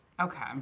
Okay